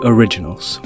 Originals